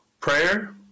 prayer